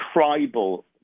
tribal